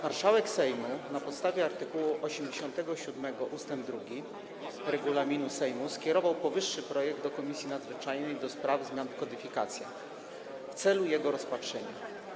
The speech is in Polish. Marszałek Sejmu na podstawie art. 87 ust. 2 regulaminu Sejmu skierował powyższy projekt do Komisji Nadzwyczajnej do spraw zmian w kodyfikacjach w celu jego rozpatrzenia.